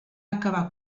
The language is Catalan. acabar